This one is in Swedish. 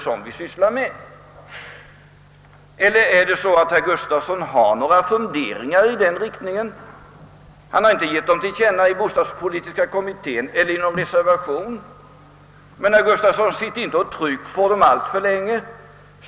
Herr Gustafsson har emellertid kanske själv några funderingar i den riktningen, fastän han som sagt inte givit dem till känna inom kommittén eller i form av någon reservation. Tryck då inte på dem alltför länge!